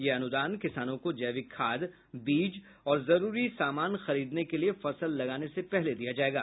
यह अनुदान किसानों को जैविक खाद बीज और जरूरी सामान खरीदने के लिए फसल लगाने से पहले दिया जायेगा